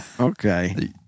Okay